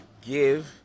give